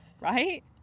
right